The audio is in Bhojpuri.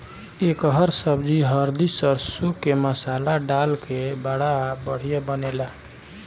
एकर सब्जी हरदी सरसों के मसाला डाल के बड़ा बढ़िया बनेला